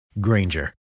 Granger